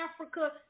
Africa